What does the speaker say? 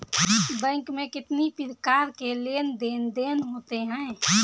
Bank में कितनी प्रकार के लेन देन देन होते हैं?